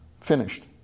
finished